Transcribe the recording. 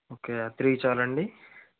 okay three చాలా అండి